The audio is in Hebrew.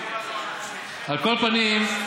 על כל פנים,